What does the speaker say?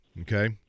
okay